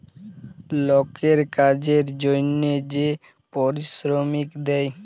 লকের কাজের জনহে যে পারিশ্রমিক দেয়